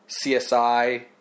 CSI